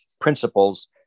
principles